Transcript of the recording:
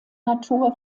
natur